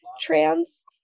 trans